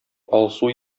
алсу